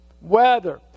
weather